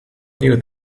knew